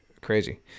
Crazy